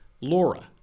Laura